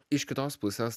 iš kitos pusės